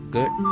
Good